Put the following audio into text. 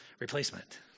replacement